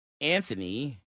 Anthony